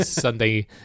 Sunday